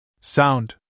Sound